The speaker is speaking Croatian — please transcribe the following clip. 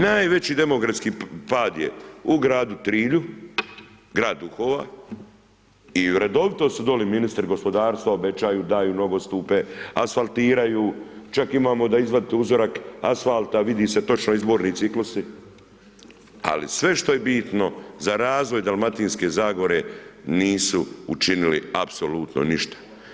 Najveći demografski pad je u gradu Trilju, grad duhova i redovito su dolje ministri gospodarstva, obećaju, daju nogostupe, asfaltiraju, čak imamo da izvadite uzorak asfalta, vide se točno izborni ciklusi, ali sve što je bitno za razvoj Dalmatinske zagore, nisu učinili apsolutno ništa.